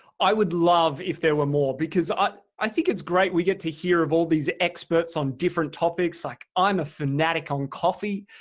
i would love if there were more because ah but i think it's great we get to hear of all these experts on different topics like i'm a fanatic on coffee,